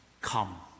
Come